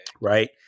right